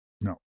No